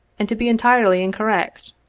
and to be entirely incorrect.